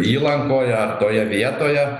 įlankoj ar toje vietoje